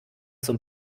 zum